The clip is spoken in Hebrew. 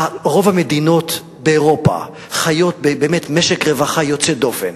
רוב המדינות באירופה חיות באמת במשק רווחה יוצא דופן,